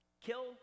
kill